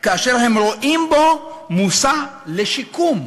כאשר הם רואים בו מושא לשיקום,